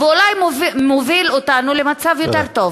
ואולי מוביל אותנו למצב יותר טוב.